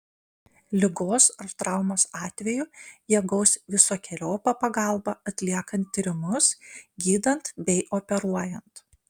ligos ar traumos atveju jie gaus visokeriopą pagalbą atliekant tyrimus gydant bei operuojant